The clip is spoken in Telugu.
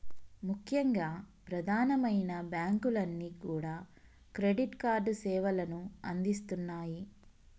ముఖ్యంగా ప్రధానమైన బ్యాంకులన్నీ కూడా క్రెడిట్ కార్డు సేవలను అందిస్తున్నాయి